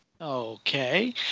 Okay